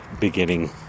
beginning